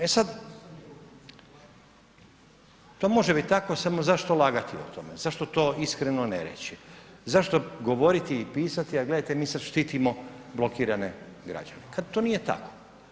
E sad, to može biti tako samo zašto lagati o tome, zašto to iskreno ne reći, zašto govoriti i pisati, a gledajte mi sad štitimo blokirane građane, kad to nije tako.